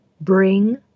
bring